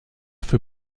für